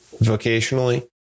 vocationally